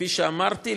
כפי שאמרתי,